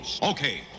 Okay